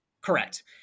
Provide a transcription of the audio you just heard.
Correct